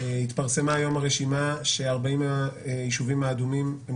התפרסמה היום הרשימה לפיה 40 הישובים האדומים הם